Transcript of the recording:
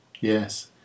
Yes